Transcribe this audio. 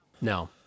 no